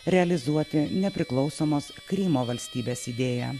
realizuoti nepriklausomos krymo valstybės idėją